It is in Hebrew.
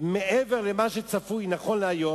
מעבר למה שצפוי נכון להיום,